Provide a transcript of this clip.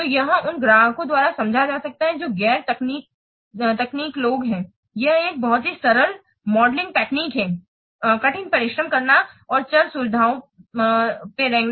तो यह उन ग्राहकों द्वारा समझा जा सकता है जो गैर तकनीकी लोग हैं यह एक बहुत ही सरल मॉडलिंग तकनीक है कठिन परिश्रम करना और चर सुविधाओं वे रेंगना